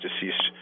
deceased